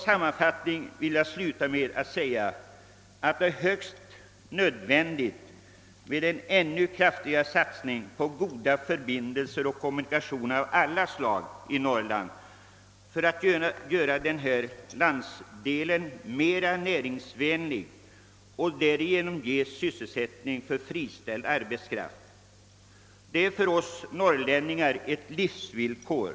Sammanfattningsvis vill jag säga att det är högst nödvändigt med en ännu kraftigare satsning på goda förbindelser och kommunikationer av alla slag i Norrland för att göra denna landsdel mera näringsvänlig och därigenom ge sysselsättning åt friställd arbetskraft. Detta är för oss norrlänningar ett livsvillkor.